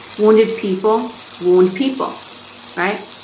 wounded people wound people right?